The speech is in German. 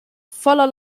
voller